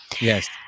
Yes